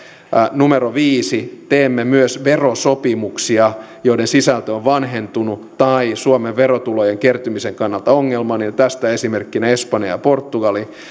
viisi teemme myös verosopimuksia jos sisältö on vanhentunut tai suomen verotulojen kertymisen kannalta ongelmallinen tästä esimerkkinä espanja ja portugali